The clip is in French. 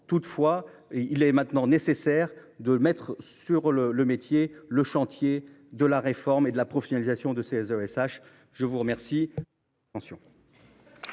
toutefois et il est maintenant nécessaire de mettre sur le, le métier. Le chantier de la réforme et de la professionnalisation de ces ESH, je vous remercie.